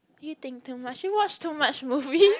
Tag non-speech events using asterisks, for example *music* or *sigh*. you think too much you watch too much movie *laughs*